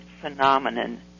phenomenon